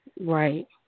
Right